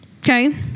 okay